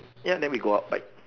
ya then we go out like